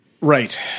Right